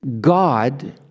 God